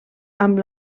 amb